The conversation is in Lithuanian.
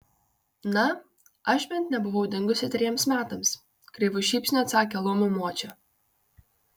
na aš bent nebuvau dingusi trejiems metams kreivu šypsniu atsakė laumių močia